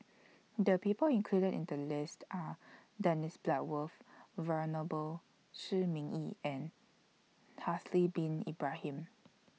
The People included in The list Are Dennis Bloodworth Venerable Shi Ming Yi and Haslir Bin Ibrahim